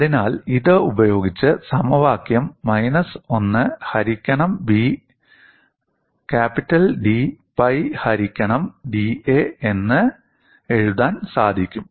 അതിനാൽ ഇത് ഉപയോഗിച്ച് സമവാക്യം "മൈനസ് 1 ഹരിക്കണം B" d ക്യാപിറ്റൽ പൈ ഹരിക്കണം da എന്ന് എഴുതാൻ സാധിക്കും